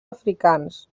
africans